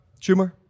Schumer